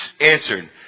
answered